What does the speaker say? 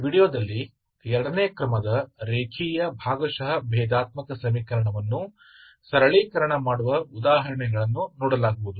ಈ ವೀಡಿಯೊದಲ್ಲಿ ಎರಡನೇ ಕ್ರಮದ ರೇಖೀಯ ಭಾಗಶಃ ಭೇದಾತ್ಮಕ ಸಮೀಕರಣವನ್ನು ಸರಳೀಕರಣ ಮಾಡುವ ಉದಾಹರಣೆಗಳನ್ನು ನೋಡಲಾಗುವುದು